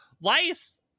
lice